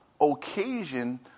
occasion